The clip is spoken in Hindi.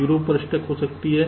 0 पर स्टक हो सकता है